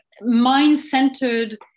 mind-centered